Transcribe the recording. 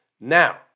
Now